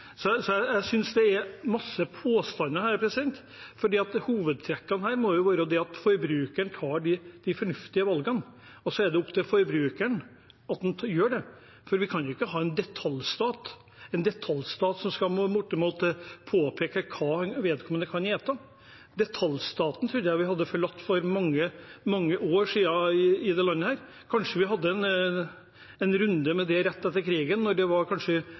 Jeg synes det er mange påstander her. Hovedtrekkene her må være at forbrukeren tar de fornuftige valgene. Det er opp til forbrukeren å gjøre det. Vi kan ikke ha en detaljstat, en detaljstat som bortimot skal påpeke hva vedkommende kan spise. Detaljstaten trodde jeg vi hadde forlatt for mange, mange år siden i dette landet. Kanskje vi hadde en runde med det rett etter krigen, da var det kanskje